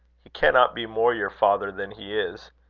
he cannot be more your father than he is.